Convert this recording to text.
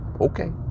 okay